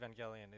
Evangelion